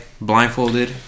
blindfolded